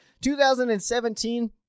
2017